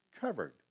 covered